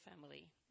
family